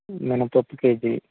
మినప్పప్పు కేజీ